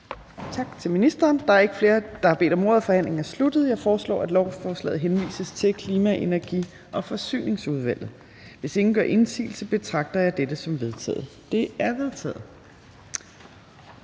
har bedt om ordet. Der er ikke flere, der har bedt om ordet, og forhandlingen er sluttet. Jeg foreslår, at lovforslaget henvises til Klima-, Energi- og Forsyningsudvalget. Hvis ingen gør indsigelse, betragter jeg dette som vedtaget. Det er vedtaget.